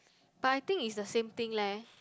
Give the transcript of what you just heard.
but I think is the same thing leh